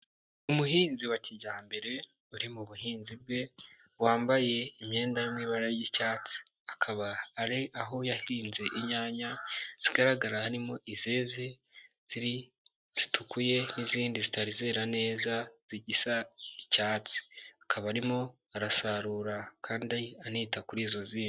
Umuhinzi wa kijyambere uri mu buhinzi bwe wambaye imyenda iri mu ibara ry'icyatsi, akaba ari aho yahinze inyanya zigaragara harimo izeze ziri zitukuye n'izindi zitari zera neza zigisa icyatsi, akaba arimo arasarura kandi anita kuri izo zindi.